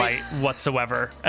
whatsoever